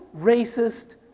racist